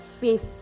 face